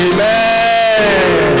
Amen